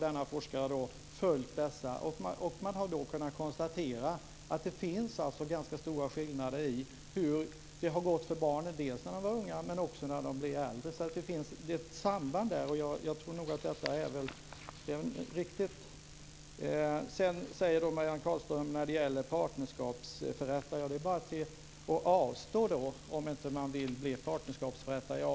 Denna forskare har följt personer i 30 år. Man har kunnat konstatera stora skillnader i hur det har gått för barnen när de var unga och när de blir äldre. Det finns ett samband. Jag tror att det är riktigt. Marianne Carlström säger att det bara är att avstå om man inte vill bli partnerskapsförrättare.